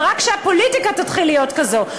ורק כשהפוליטיקה תתחיל להיות כזאת.